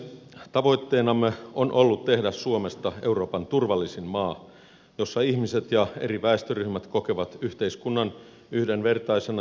tavoitteenamme on ollut tehdä suomesta euroopan turvallisin maa jossa ihmiset ja eri väestöryhmät kokevat yhteiskunnan yhdenvertaisena ja oikeudenmukaisena